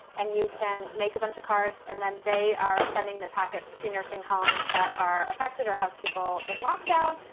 and you can make a bunch of cards and then they are sending the packets to nursing homes that are affected or have people in lockdown.